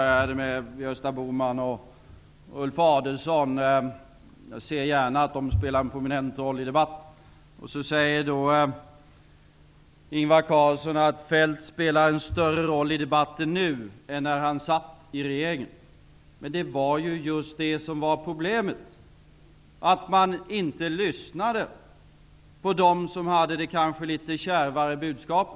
Jag ser gärna att de spelar en prominent roll i debatten. Ingvar Carlsson sade att Feldt spelar en större roll i debatten nu än när han satt i regeringen. Men det var ju just det som var problemet, att man inte lyssnade på dem som hade det litet kärvare budskapet!